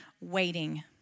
waiting